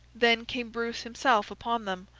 then came bruce himself upon them,